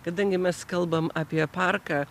kadangi mes kalbam apie parką